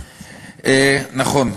נכון,